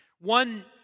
One